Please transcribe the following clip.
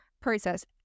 process